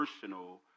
personal